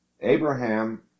Abraham